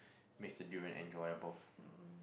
makes the durian enjoyable